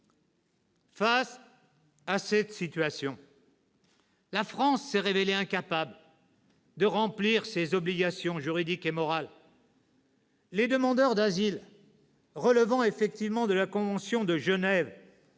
Face à cette situation, la France s'est révélée incapable de remplir ses obligations juridiques et morales. « Les demandeurs d'asile relevant effectivement de la convention de Genève